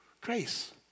Grace